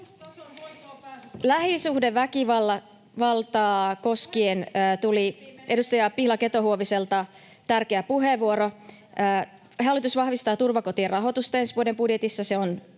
Lähisuhdeväkivaltaa koskien tuli edustaja Pihla Keto-Huoviselta tärkeä puheenvuoro. Hallitus vahvistaa turvakotien rahoitusta ensi vuoden budjetissa, ja se